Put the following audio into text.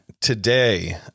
Today